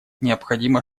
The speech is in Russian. необходимо